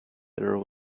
there